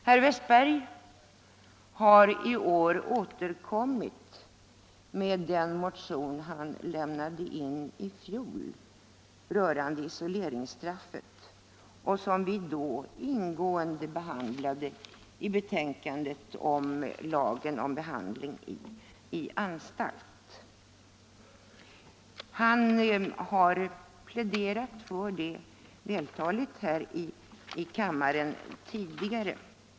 Herr Westberg i Ljusdal har i år återkommit med den motion som han lämnade in i fjol rörande isoleringsstraffet och som vi då ingående behandlade i betänkandet om lagen om behandling på anstalt. Han har tidigare här i kammaren vältaligt pläderat för sin motion.